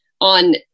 on